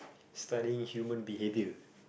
studying human behaviour